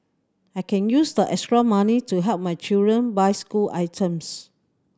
I can use the extra money to help my children buy school items